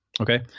okay